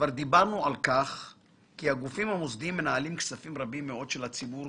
כבר דיברנו על כך כי הגופים המוסדיים מנהלים כספים רבים מאוד של הציבור